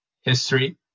history